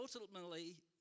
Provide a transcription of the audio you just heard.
ultimately